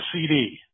CD